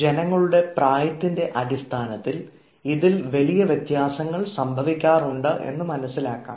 ജനങ്ങളുടെ പ്രായത്തിൻറെ അടിസ്ഥാനത്തിൽ ഇതിൽ വലിയ വ്യത്യാസങ്ങൾ സംഭവിക്കാറുണ്ട് എന്ന് മനസ്സിലാക്കാം